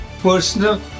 personal